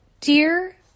Dear